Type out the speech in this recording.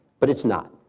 but it's not.